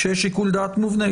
כשיש שיקול דעת מובנה,